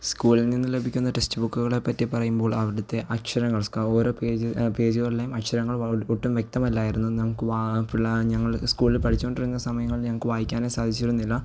സ്കൂളിൽ നിന്ന് ലഭിക്കുന്ന ടെക്സ്റ്റ് ബുക്കുകളെ പറ്റി പറയുമ്പോൾ അവിടുത്തെ അക്ഷരങ്ങൾ ഓരോ പേജ് ഓരോ പേജുകളിലേയും അക്ഷരങ്ങൾ ഒട്ടും വ്യക്തമല്ലായിരുന്നു നമുക്ക് ഞങ്ങൾ സ്കൂളിൽ പഠിച്ചുകൊണ്ടിരുന്ന സമയങ്ങളിൽ ഞങ്ങൾക്ക് വായിക്കാനേ സാധിച്ചിരുന്നില്ല